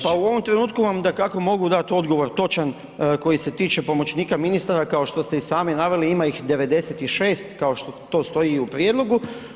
Pa u ovom trenutku vam dakako mogu dati odgovor točan koji se tiče pomoćnika ministara, kao što ste i sami naveli ima ih 96 kao što to stoji i u prijedlogu.